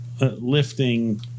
Lifting